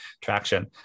traction